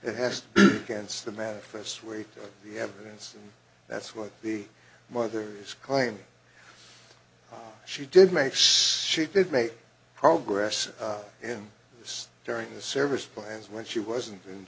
it has against the manifest weight the evidence that's what the mother's claim she did makes she did make progress in this during the service plans when she wasn't in